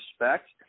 respect